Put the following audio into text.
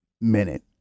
minute